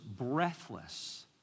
breathless